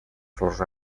flors